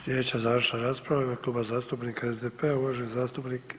Sljedeća završna rasprava u ime Kluba zastupnika SDP-a uvaženi zastupnik